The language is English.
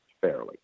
fairly